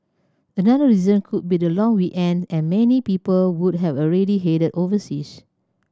another reason could be the long weekend and many people would have already headed overseas